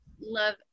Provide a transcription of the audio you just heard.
love